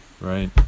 Right